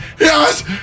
yes